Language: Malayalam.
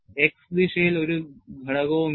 X ദിശയിൽ ഒരു ഘടകവുമില്ല